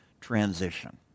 Transition